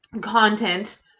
content